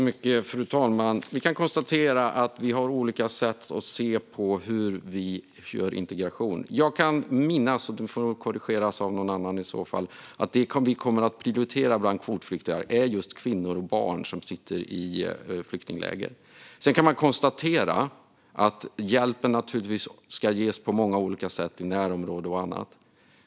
Fru talman! Vi kan konstatera att vi har olika sätt att se på hur vi gör integration. Jag kan minnas - och det får korrigeras av någon annan om det inte är så - att de vi kommer att prioritera bland kvotflyktingar är just kvinnor och barn som sitter i flyktingläger. Sedan kan man konstatera att hjälpen naturligtvis ska ges på många olika sätt, i närområde och annat.